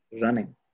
running